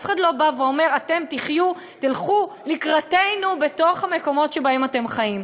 אף אחד לא אומר: תלכו לקראתנו במקומות שבהם אתם חיים.